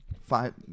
five